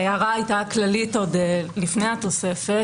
ההערה הייתה כללית עוד לפני התוספת,